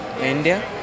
India